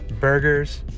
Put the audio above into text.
burgers